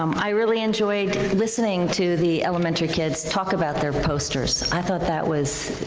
um i really enjoyed listening to the elementary kids talk about their posters. i thought that was,